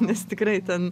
nes tikrai ten